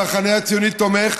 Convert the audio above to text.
המחנה הציוני תומך,